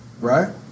right